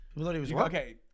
Okay